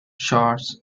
shorts